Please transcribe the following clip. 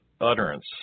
utterance